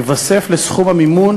ייווסף לסכום המימון